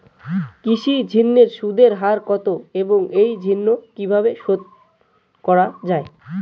কৃষি ঋণের সুদের হার কত এবং এই ঋণ কীভাবে শোধ করা য়ায়?